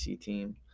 team